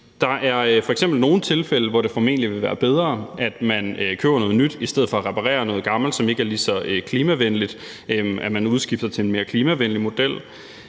f.eks. nogle tilfælde, hvor der formentlig vil være bedre, at man køber noget nyt i stedet for at reparere noget gammelt, som ikke er lige så klimavenligt; at man udskifter til en mere klimavenlig model.